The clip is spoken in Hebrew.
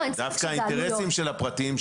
לא, לא, אין פה, למה אינטרסים של אנשים פרטיים?